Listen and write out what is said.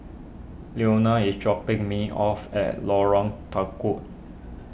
Leonia is dropping me off at Lorong Tukol